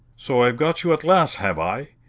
so i've got you at last, have i?